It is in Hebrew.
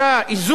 איזה איזון?